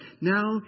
Now